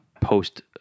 post